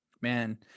man